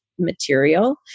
material